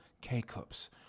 K-Cups